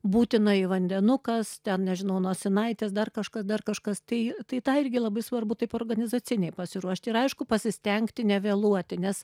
būtinai vandenukas ten nežinau nosinaitės dar kažkas dar kažkas tai tai tą irgi labai svarbu taip organizaciniai pasiruošti ir aišku pasistengti nevėluoti nes